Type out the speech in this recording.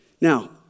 Now